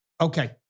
Okay